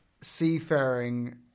seafaring